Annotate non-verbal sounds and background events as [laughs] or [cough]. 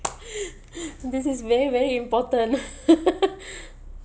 [breath] this is very very important [laughs]